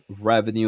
revenue